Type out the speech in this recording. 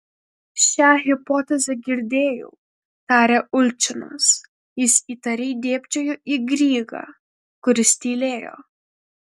šią hipotezę girdėjau tarė ulčinas jis įtariai dėbčiojo į grygą kuris tylėjo